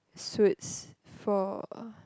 suits for uh